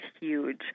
huge